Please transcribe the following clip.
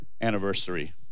anniversary